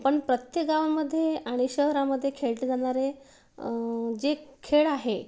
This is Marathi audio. पण प्रत्येक गावामध्ये आणि शहरामध्ये खेळले जाणारे जे खेळ आहे